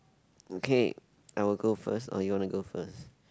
okay I will go first or you want to go first